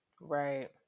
Right